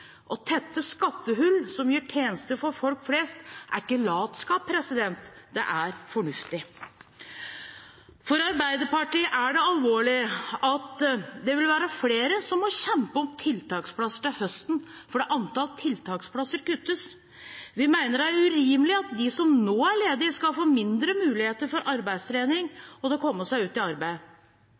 Å tette skattehull som gir tjenester for folk flest, er ikke latskap, det er fornuftig. For Arbeiderpartiet er det alvorlig at det vil være flere som må kjempe om en tiltaksplass til høsten fordi antallet tiltaksplasser kuttes. Vi mener det er urimelig at de som nå er ledige, skal få mindre muligheter for arbeidstrening og for å komme seg ut i arbeid.